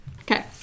Okay